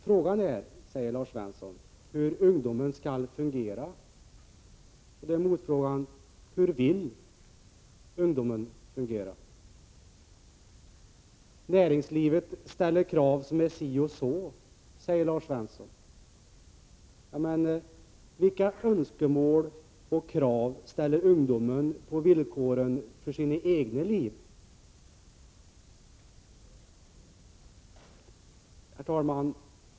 Frågan är, säger Lars Svensson, hur ungdomen skall fungera. Då är motfrågan: Hur vill ungdomen fungera? Näringslivet ställer krav som är si och så, säger Lars Svensson. Men vilka önskemål och krav ställer ungdomen på villkoren för sina egna liv? Herr talman!